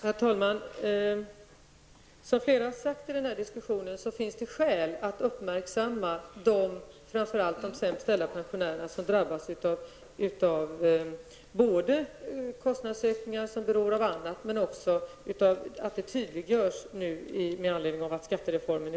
Herr talman! Som flera har sagt i debatten finns det skäl att uppmärksamma situationen för framför allt de sämst ställda pensionärerna, som drabbas av både kostnadsökningar, som inte beror på skattereformen, och annat som blir följden av skattereformen.